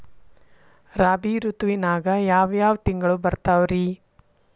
ರಾಬಿ ಋತುವಿನಾಗ ಯಾವ್ ಯಾವ್ ತಿಂಗಳು ಬರ್ತಾವ್ ರೇ?